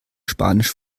spanisch